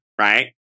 right